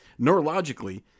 neurologically